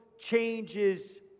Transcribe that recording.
changes